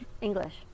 english